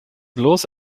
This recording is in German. bloß